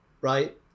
right